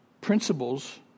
principles